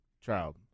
child